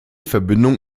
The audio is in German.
verbindung